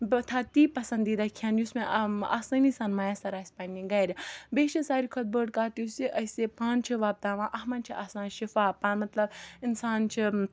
بہٕ تھاوٕ تی پَسَنٛدیٖدہ کھیٚن یُس مےٚ آسٲنی سان مَیَسَر آسہِ پَننہِ گَرِ بیٚیہِ چھُ ساروی کھۄتہٕ بٔڑ کَتھ یُس یہِ أسۍ یہِ پانہٕ چھِ وۄبداوان اتھ مَنٛز چھُ آسان شِفا مَطلَب اِنسان چھُ